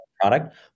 product